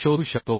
शोधू शकतो